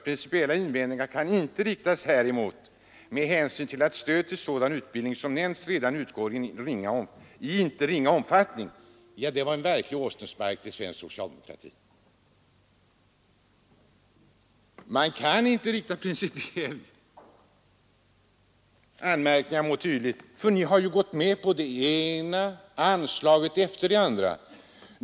Principiella invändningar kan inte riktas häremot med hänsyn till att stöd till sådan utbildning som nämnts redan utgår i inte ringa omfattning.” Ja, det var en verklig åsnespark till svensk socialdemokrati. Ni kan inte ha principiella invändningar mot sådana bidrag, eftersom ni tidigare har varit med på det ena anslaget efter det andra.